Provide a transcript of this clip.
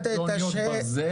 זה אוניות ברזל.